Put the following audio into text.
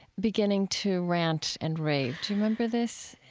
beginning to rant and rave. do you remember this?